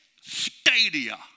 stadia